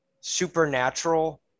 supernatural